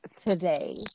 today